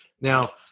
Now